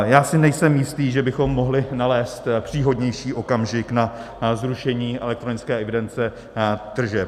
Já si nejsem jistý, že bychom mohli nalézt příhodnější okamžik na zrušení elektronické evidence tržeb.